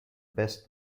best